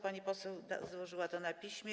Pani poseł złożyła to na piśmie.